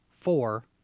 four